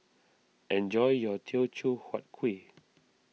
enjoy your Teochew Huat Kuih